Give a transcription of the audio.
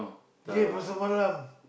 yeah Pasar-Malam